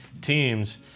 teams